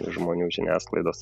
žmonių žiniasklaidos